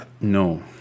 no